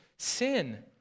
sin